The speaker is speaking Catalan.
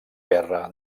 guerra